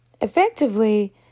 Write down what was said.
Effectively